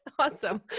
Awesome